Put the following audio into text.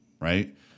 Right